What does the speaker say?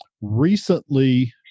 recently